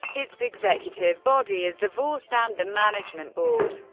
its executive body is the vorstand, the management board.